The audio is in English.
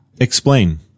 Explain